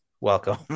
Welcome